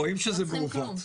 רואים שזה מעוות.